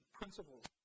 principles